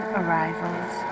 arrivals